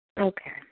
Okay